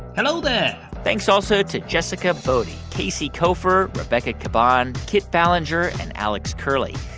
hello there thanks also to jessica boddy, casey koeffer, rebecca caban, kit ballenger and alex curley.